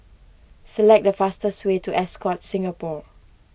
select the fastest way to Ascott Singapore